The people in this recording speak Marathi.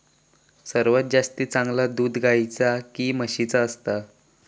सर्वात जास्ती चांगला दूध गाईचा की म्हशीचा असता?